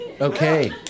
Okay